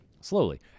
Slowly